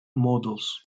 models